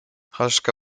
halszka